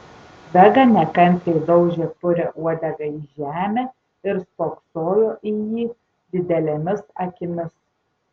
vega nekantriai daužė purią uodegą į žemę ir spoksojo į jį didelėmis akimis